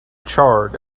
charred